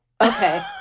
Okay